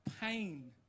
pain